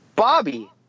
Bobby